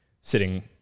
sitting